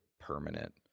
permanent